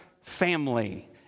family